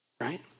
right